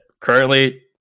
currently